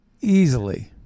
easily